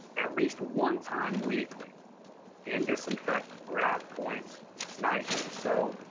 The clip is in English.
at least one time weekly and disinfect grab points nightly. so,